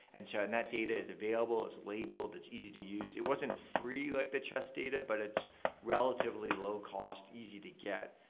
and so and that data is available, it's labeled, it's easy to use. it wasn't free like the chest data, but it's relatively low cost, easy to get.